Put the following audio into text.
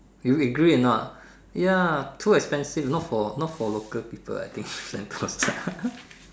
you agree or not ya too expensive not for not for local people I think Sentosa